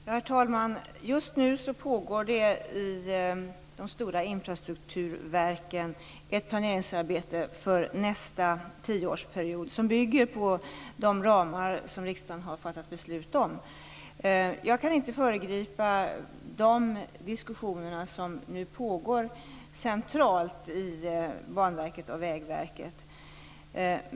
Herr talman! Just nu pågår det i de stora infrastrukturverken ett planeringsarbete för nästa tioårsperiod. Det bygger på de ramar som riksdagen har fattat beslut om. Jag kan inte föregripa de diskussioner som nu pågår centralt i Banverket och Vägverket.